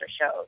shows